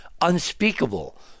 unspeakable